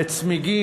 לצמיגים?